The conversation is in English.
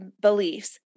beliefs